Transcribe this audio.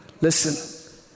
Listen